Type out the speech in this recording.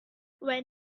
when